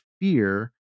fear